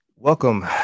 Welcome